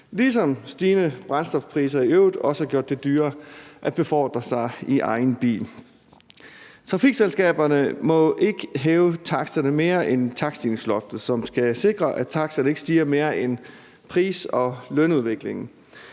ligesom stigende brændstofpriser i øvrigt også har gjort det dyrere at befordre sig i egen bil. Trafikselskaberne må ikke hæve taksterne mere, end takststigningsloftet tilsiger, hvilket skal sikre, at taksterne ikke stiger mere end pris- og lønudviklingen.